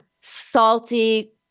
salty